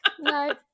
No